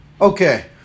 okay